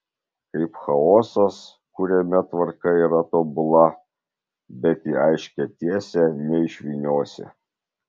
kaip chaosas kuriame tvarka yra tobula bet į aiškią tiesę neišvyniosi